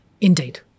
Indeed